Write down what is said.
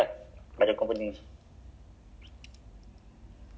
ah I think they really keep calling you know